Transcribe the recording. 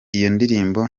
ndirimbo